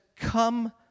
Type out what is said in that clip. Come